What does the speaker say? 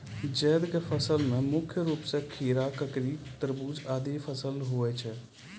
जैद क फसल मे मुख्य रूप सें खीरा, ककड़ी, तरबूज आदि फसल होय छै